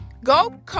Go